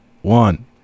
One